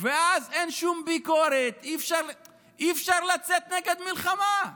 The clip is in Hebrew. ואז אין שום ביקורת, אי-אפשר לצאת נגד מלחמה.